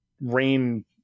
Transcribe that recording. Rain